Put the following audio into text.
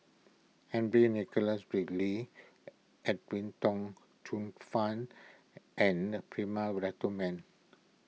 Henry Nicholas Ridley Edwin Tong Chun Fai and Prema